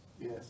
Yes